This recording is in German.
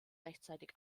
rechtzeitig